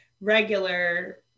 regular